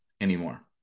anymore